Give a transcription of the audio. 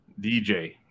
DJ